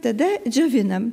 tada džiovinam